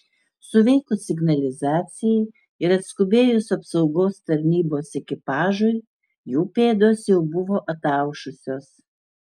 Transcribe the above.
suveikus signalizacijai ir atskubėjus apsaugos tarnybos ekipažui jų pėdos jau buvo ataušusios